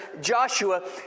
Joshua